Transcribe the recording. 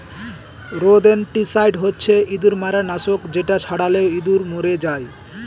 rodenticide হচ্ছে ইঁদুর মারার নাশক যেটা ছড়ালে ইঁদুর মরে যায়